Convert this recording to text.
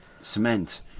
cement